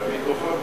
תודה רבה.